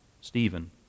Stephen